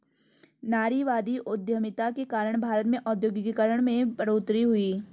नारीवादी उधमिता के कारण भारत में औद्योगिकरण में बढ़ोतरी हुई